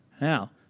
Now